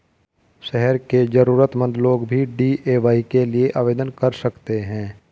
शहर के जरूरतमंद लोग भी डी.ए.वाय के लिए आवेदन कर सकते हैं